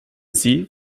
sie